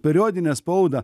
periodinę spaudą